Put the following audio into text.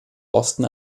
osten